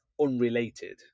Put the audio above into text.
unrelated